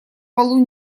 полу